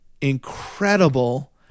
incredible